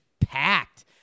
packed